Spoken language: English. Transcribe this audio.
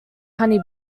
honey